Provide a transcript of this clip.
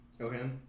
Okay